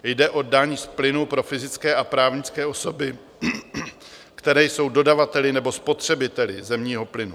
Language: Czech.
Jde o daň z plynu pro fyzické a právnické osoby, které jsou dodavateli nebo spotřebiteli zemního plynu.